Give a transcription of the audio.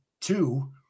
two